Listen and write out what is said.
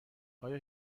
آیا